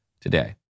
today